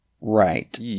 Right